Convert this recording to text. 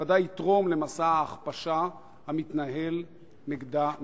ודאי יתרום למסע ההכפשה המתנהל נגדה ממילא.